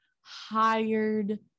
hired